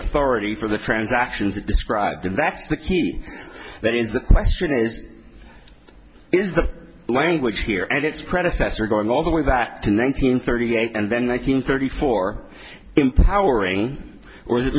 authority for the transactions it described and that's the key that is the question is is the language here and its predecessor going all the way back to nineteen thirty eight and then one hundred thirty four empowering or is it